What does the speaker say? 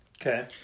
okay